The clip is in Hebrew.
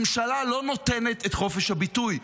ממשלה לא נותנת את חופש הביטוי,